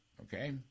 okay